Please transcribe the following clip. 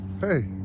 hey